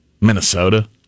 Minnesota